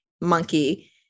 monkey